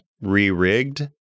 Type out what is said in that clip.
re-rigged